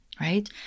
right